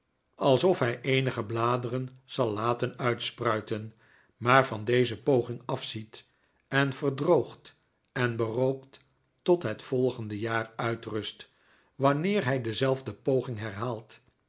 alsof hij eenige bladeren zal laten uitspruiten maar van deze poging afziet en verdroogd en berdokt tot het volgende jaar uitrust wanneer hij dezelfde poging herhaalt